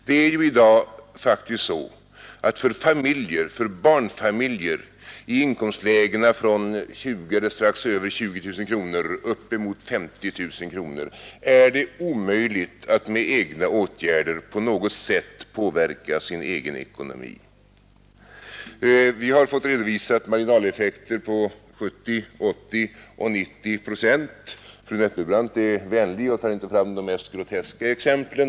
Det är i dag faktiskt så, att för barnfamiljer i inkomstlägena från strax över 20 000 kronor upp emot 50 000 kronor är det omöjligt att med egna åtgärder på något sätt påverka den egna ekonomin. Vi har fått redovisade marginaleffekter på 70, 80 och 90 procent. Fru Nettelbrandt är vänlig och tar inte fram de mest groteska exemplen.